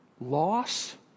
loss